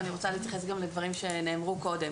ואני גם רוצה להתייחס לדברים שנאמרו קודם.